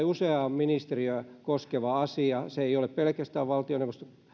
useaa ministeriötä koskeva asia se ei ole pelkästään valtioneuvoston